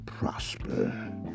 Prosper